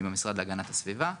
עם המשרד להגנת הסביבה,